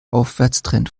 aufwärtstrend